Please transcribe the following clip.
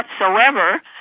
whatsoever